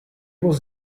was